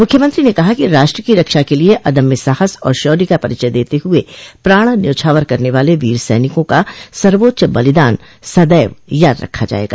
मुख्यमंत्री ने कहा कि राष्ट्र की रक्षा के लिये अद्म्य साहस और शौर्य का परिचय देते हुए प्राण न्यौछावर करने वाले वीर सैनिकों का सर्वोच्च बलिदान सदैव याद रखा जायेगा